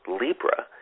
Libra